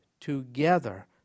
together